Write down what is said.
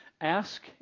Ask